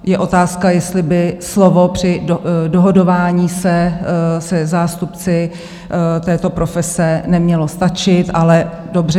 Je otázka, jestli by slovo při dohodování se zástupci této profese nemělo stačit, ale dobře.